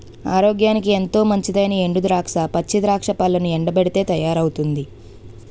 ఆరోగ్యానికి ఎంతో మంచిదైనా ఎండు ద్రాక్ష, పచ్చి ద్రాక్ష పళ్లను ఎండబెట్టితే తయారవుతుంది